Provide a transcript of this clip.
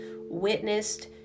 witnessed